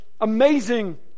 amazing